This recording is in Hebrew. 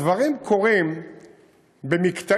הדברים קורים במקטעים,